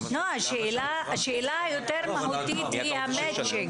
השאלה היותר מהותית היא ה-Matching.